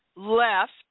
Left